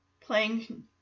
playing